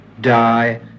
die